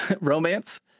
romance